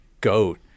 goat